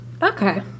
Okay